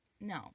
No